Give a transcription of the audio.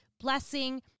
blessing